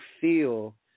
feel